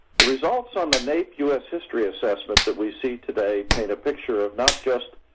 the results on the naep u s. history assessment that we see today paint a picture of not just